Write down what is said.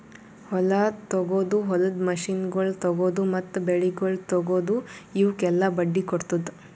ಹೊಲ ತೊಗೊದು, ಹೊಲದ ಮಷೀನಗೊಳ್ ತೊಗೊದು, ಮತ್ತ ಬೆಳಿಗೊಳ್ ತೊಗೊದು, ಇವುಕ್ ಎಲ್ಲಾ ಬಡ್ಡಿ ಕೊಡ್ತುದ್